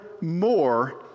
more